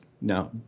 No